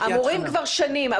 אמורים כבר שנים,